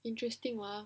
interesting !wow!